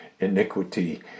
iniquity